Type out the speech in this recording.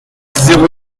zéro